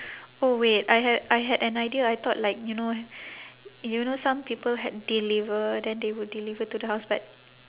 oh wait I had I had an idea I thought like you know you know some people had deliver then they would deliver to the house but